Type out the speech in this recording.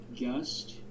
Gust